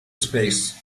space